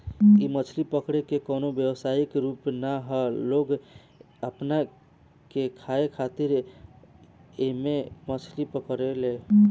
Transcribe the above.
इ मछली पकड़े के कवनो व्यवसायिक रूप ना ह लोग अपना के खाए खातिर ऐइसे मछली पकड़े ले